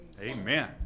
Amen